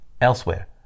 elsewhere